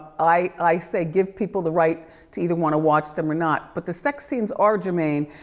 i say, give people the right to either want to watch them or not, but the sex scenes are germane.